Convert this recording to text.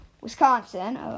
Wisconsin